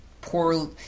poor